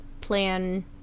plan